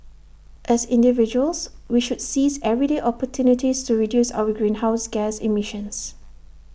as individuals we should seize everyday opportunities to reduce our greenhouse gas emissions